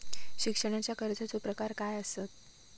शिक्षणाच्या कर्जाचो प्रकार काय आसत?